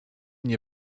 nie